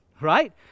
right